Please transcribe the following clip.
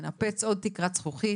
לנפץ עוד תקרת זכוכית,